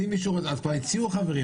כבר הציעו חברים